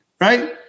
right